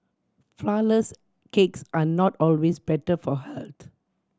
flourless cakes are not always better for health